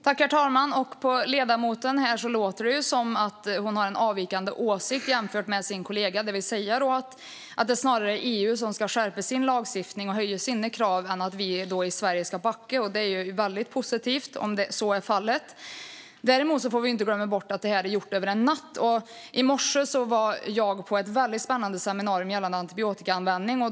Herr talman! På ledamoten låter det som att hon har en annan åsikt än sin kollega och att det snarare är EU som ska skärpa sin lagstiftning och höja sina krav än att Sverige ska backa. Om så är fallet är det väldigt positivt. Vi får dock inte glömma att detta inte är gjort över en natt. I morse var jag på ett spännande seminarium om antibiotikaanvändning.